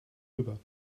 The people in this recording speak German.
rüber